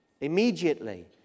Immediately